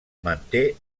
manté